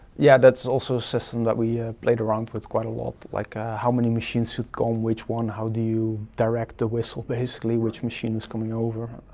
yeah, that's also a system that we played around with quite a lot like ah how many machines, who's going, which one? how do you direct the whistle, basically? which machine is coming over?